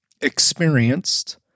experienced